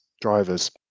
drivers